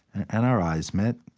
and our eyes met.